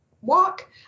walk